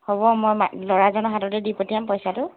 হ'ব মই মা ল'ৰাজনৰ হাততে দি পঠিয়াম পইচাটো